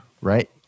right